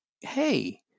hey